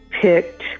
picked